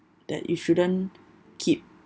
that you shouldn't keep